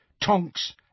Tonks